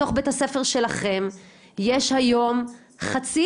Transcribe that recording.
בתוך בית הספר שלכם יש היום חצי,